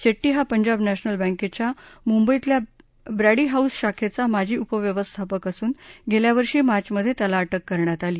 शेट्टी हा पंजाब नॅशनल बँकेच्या मुंबईतल्या ब्रॅडी हाऊस शाखेचा माजी उपव्यवस्थापक असून गेल्या वर्षी मार्चमधे त्याला अटक करण्यात आली